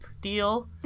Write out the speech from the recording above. deal